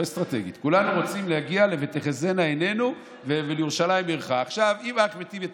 ולכן שאלתי את אחמד טיבי,